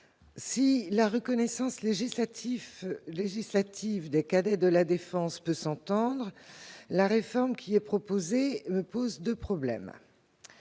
Si la reconnaissance législative des cadets de la défense peut s'entendre, la réforme qui est proposée me pose deux problèmes.